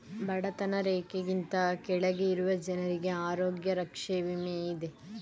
ಬಡತನ ರೇಖೆಗಿಂತ ಕೆಳಗೆ ಇರುವ ಜನರಿಗೆ ಆರೋಗ್ಯ ರಕ್ಷೆ ವಿಮೆ ಇದೆ